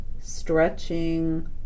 stretching